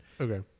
okay